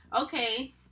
Okay